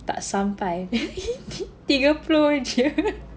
tak sampai tiga puluh aja